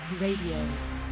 Radio